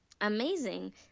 amazing